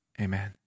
Amen